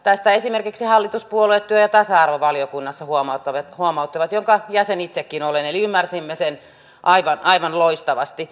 tästä esimerkiksi hallituspuolueet huomauttivat työ ja tasa arvovaliokunnassa jonka jäsen itsekin olen eli ymmärsimme sen aivan loistavasti